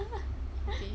okay